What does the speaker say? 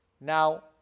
Now